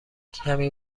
کمی